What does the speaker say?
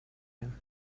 him